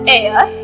air